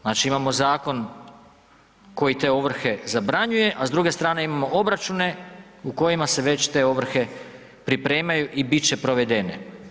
Znači imamo zakon koji te ovrhe zabranjuje, a s druge strane imamo obračune u kojima se već te ovrhe pripremaju i bit će provedene.